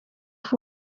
uvuga